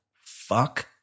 Fuck